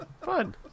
Fun